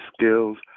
skills